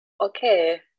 okay